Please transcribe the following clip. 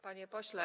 Panie pośle.